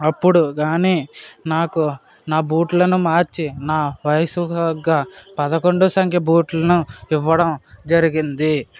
అప్పుడు కానీ నాకు నా బూట్లను మర్చి నా వయస్సుకు తగ్గ పదకొండో సంఖ్య బూట్లను ఇవ్వడం జరిగింది